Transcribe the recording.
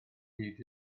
hyd